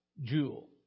jewel